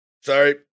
sorry